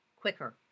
quicker